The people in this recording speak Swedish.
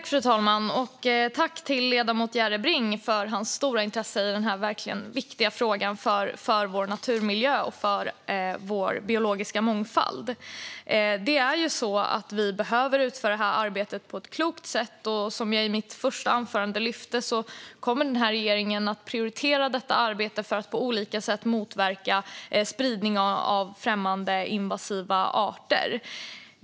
Fru talman! Tack till ledamoten Järrebring för hans stora intresse i denna verkligt viktiga fråga för vår naturmiljö och för vår biologiska mångfald! Vi behöver utföra det här arbetet på ett klokt sätt. Som jag lyfte fram i mitt första anförande kommer regeringen att prioritera detta arbete för att på olika sätt motverka spridning av främmande invasiva arter.